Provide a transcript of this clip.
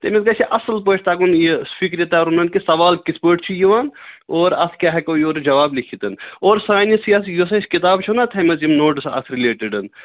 تٔمِس گژھِ اَصٕل پٲٹھۍ تَگُن یہِ فِکرِترُنن کہِ سوال کِتھ پٲٹھۍ چھُ یِوان اور اَتھ کیٛاہ ہٮ۪کو یورٕ جواب لٮ۪کھِتھ اور سانِس یۄس اَسہِ کِتاب چھُونا تھٔایمژ یِم نوٹٕس اَتھ رِلیٹِڈَن